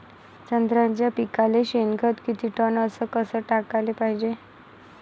संत्र्याच्या पिकाले शेनखत किती टन अस कस टाकाले पायजे?